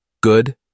Good